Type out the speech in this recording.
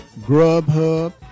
Grubhub